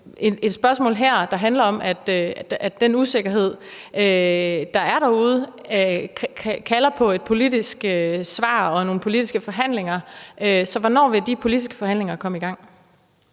et spørgsmål her, der handler om, at den usikkerhed, der er derude, kalder på et politisk svar og nogle politiske forhandlinger. Så hvornår vil de politiske forhandlinger komme i gang?